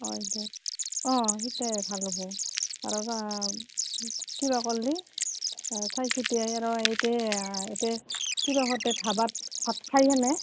অঁ সিটোয়েই অঁ ভাল হ'ব আৰু কিবা ক'লে চাই চিটি আৰু ইয়াতে ইয়াতে কিবা ধাবাত ভাত খাই কেনে